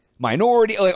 Minority